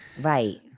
Right